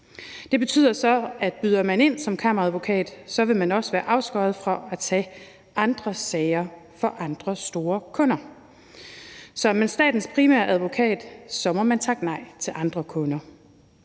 Det betyder så, at byder man ind som Kammeradvokat, vil man også være afskåret fra at tage andre sager for andre store kunder. Så er man statens primære advokat, må man takke nej til andre kunder.